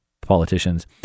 politicians